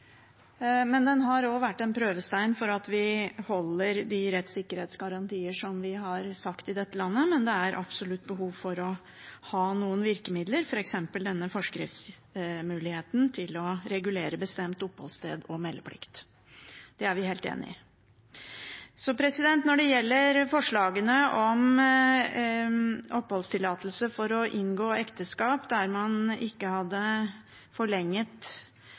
Men den har også vært en prøvestein på at vi holder de rettssikkerhetsgarantier som vi har sagt, i dette landet. Men det er absolutt behov for å ha noen virkemidler, f.eks. denne forskriftsmuligheten til å regulere bestemt oppholdssted og meldeplikt. Det er vi helt enig i. Når det gjelder forslagene om oppholdstillatelse for å inngå ekteskap, der man ikke hadde forlenget